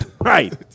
Right